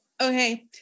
Okay